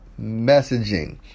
messaging